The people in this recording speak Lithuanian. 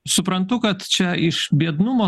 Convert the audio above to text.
suprantu kad čia iš biednumo